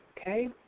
Okay